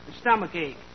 Stomachache